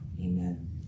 Amen